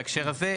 בהקשר הזה,